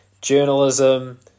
journalism